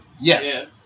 Yes